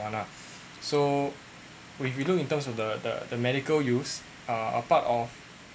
marijuana so we we look in terms of the the the medical use a part of